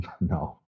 No